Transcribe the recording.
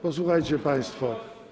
Posłuchajcie państwo.